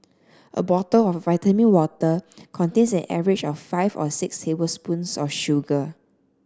a bottle of vitamin water contains an average of five or six tablespoons of sugar